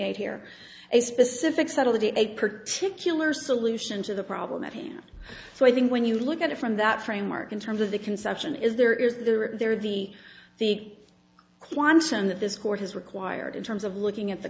eight here a specific set of the a particular solution to the problem at hand so i think when you look at it from that framework in terms of the conception is there is the river there the the quantum that this court has required in terms of looking at the